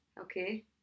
Okay